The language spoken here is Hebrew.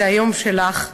זה היום שלך.